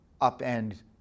upend